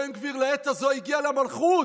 בן גביר לעת הזו הגיע למלכות.